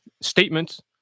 statements